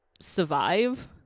survive